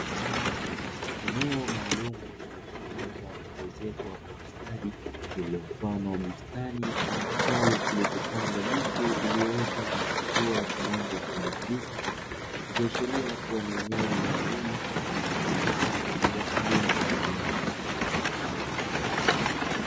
Eneo maalumu lililotengenezwa na kuezekwa kwa ustadi lililo mfano wa bustani ama kitalu kilichopandwa miche iliyoota na kuchipua kwa rangi ya kijani kibichi, ikiashiria kuwa ni eneo maalumu linalotumika kwa ajili kilimo cha viwanda.